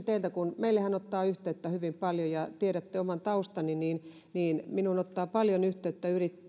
teiltä tästä kun meihinhän otetaan yhteyttä hyvin paljon ja kuten tiedätte oman taustani niin niin minuun ottavat paljon yhteyttä